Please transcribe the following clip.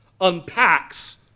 unpacks